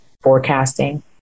forecasting